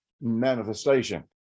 manifestation